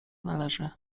należy